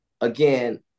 again